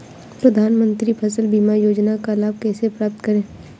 प्रधानमंत्री फसल बीमा योजना का लाभ कैसे प्राप्त करें?